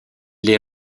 les